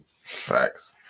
Facts